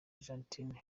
argentine